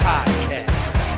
Podcast